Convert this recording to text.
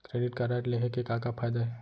Credit card लेहे के का का फायदा हे?